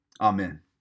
Amen